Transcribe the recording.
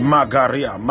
Magaria